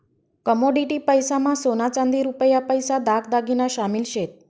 commodity पैसा मा सोना चांदी रुपया पैसा दाग दागिना शामिल शेत